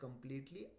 completely